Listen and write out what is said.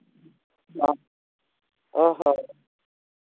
ᱦᱮᱸ ᱚ ᱦᱚᱸ